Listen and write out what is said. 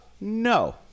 No